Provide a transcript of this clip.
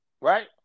Right